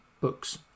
books